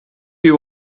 you